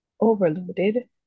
Overloaded